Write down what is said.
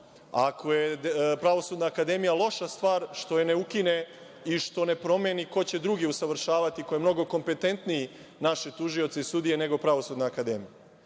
ako je Pravosudna akademija loša stvar, što je ne ukine i što ne promeni ko će drugi usavršavati i koji je mnogo kompetentniji, naši tužioci i sudije nego Pravosudna akademija? Dakle,